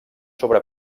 sobre